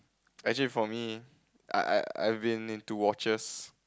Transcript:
actually for me I I I've been into watches